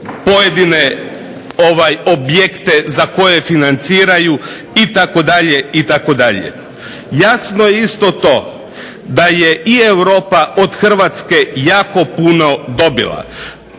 pojedine objekte za koje financiraju itd. Jasno je isto to da i Europa od Hrvatske jako puno dobila.